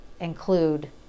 include